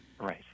Right